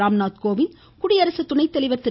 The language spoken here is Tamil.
ராம்நாத் கோவிந்த் குடியரசு துணைத்தலைவர் திரு